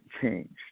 changed